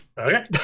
Okay